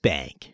Bank